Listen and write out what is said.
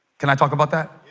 can i talk about that